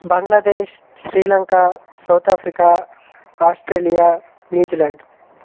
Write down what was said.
Bangladesh Sri Lanka South Africa Australia New Zealand